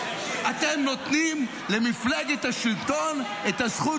אתם נותנים למפלגת השלטון את הזכות